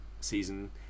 season